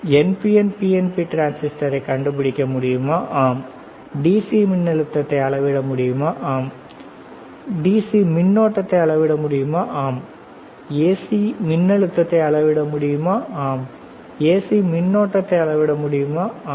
NPN PNP டிரான்ஸிஸ்டரை கண்டுபிடிக்க முடியுமா ஆம் DC மின்னழுத்தத்தை அளவிட முடியுமா ஆம் DC மின்னோட்டத்தை அளவிட முடியுமா ஆம் AC மின் அழுத்தத்தை அளவிட முடியுமா ஆம் AC மின்னோட்டத்தை அளவிட முடியுமா ஆம்